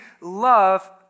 love